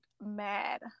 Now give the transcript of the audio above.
mad